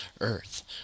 Earth